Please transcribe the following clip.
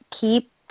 keep